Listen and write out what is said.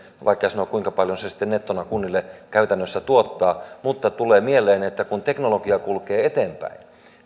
on vaikea sanoa kuinka paljon se sitten nettona kunnille käytännössä tuottaa mutta tulee mieleen että kun teknologia kulkee eteenpäin